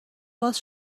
باز